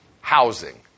housing